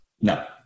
No